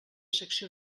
secció